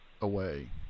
away